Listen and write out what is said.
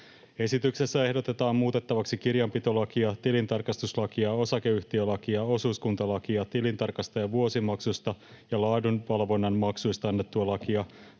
Esityksessä ehdotetaan muutettaviksi kirjanpitolakia, tilintarkastuslakia, osakeyhtiölakia, osuuskuntalakia, tilintarkastajan vuosimaksusta ja laadunvalvonnan maksuista annettua lakia,